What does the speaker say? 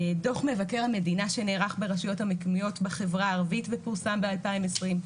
דו"ח מבקר המדינה שנערך ברשויות המקומיות בחברה הערבית ופורסם ב-2020,